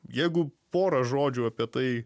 jeigu porą žodžių apie tai